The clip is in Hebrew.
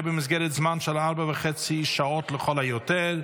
במסגרת זמן של ארבע שעות וחצי לכל היותר.